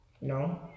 No